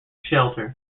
shelter